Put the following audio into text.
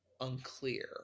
unclear